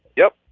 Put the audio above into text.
yep